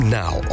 now